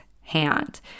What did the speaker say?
hand